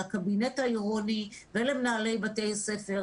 לקבינט העירוני ולמנהלי בתי הספר.